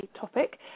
topic